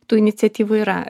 tų iniciatyvų yra